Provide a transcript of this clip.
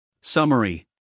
Summary